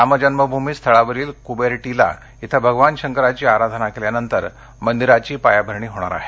रामजन्मभूमी स्थळावरील कुंबेर टिळा इथं भगवान शंकराची आराधना केल्यानंतर मंदिराची पायाभरणी होणार आहे